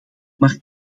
maar